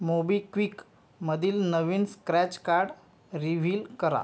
मोबिक्विकमधील नवीन scratch card reveal करा